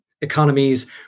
economies